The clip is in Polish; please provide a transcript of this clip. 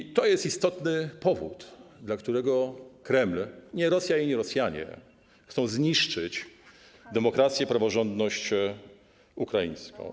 I to jest istotny powód, dla którego Kreml - nie Rosja i nie Rosjanie - chce zniszczyć demokrację, praworządność ukraińską.